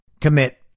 commit